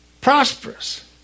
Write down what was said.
prosperous